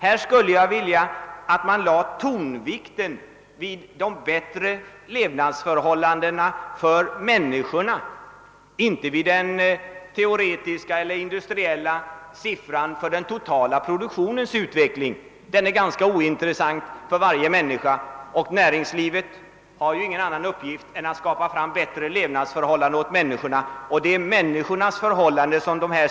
Jag skulle därför vilja att man lade tonvikten på de förbättrade levnadsförhållandena för människorna, inte bara fäste avseende vid teoretiska eller industriella siffror över den totala produktionsutvecklingen. De är ganska ointressanta för varje enskild människa. Och näringslivet har ju ingen annan uppgift än att skapa bättre levnadsförhållanden åt människorna. Det är den saken siffrorna skall belysa.